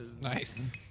Nice